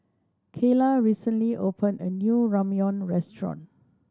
Kayla recently open a new Ramyeon Restaurant